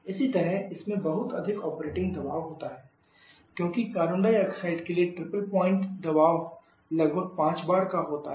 इसी तरह इसमें बहुत अधिक ऑपरेटिंग दबाव होता है क्योंकि कार्बन डाइऑक्साइड के लिए ट्रिपल पॉइंट दबाव लगभग 5 bar होता है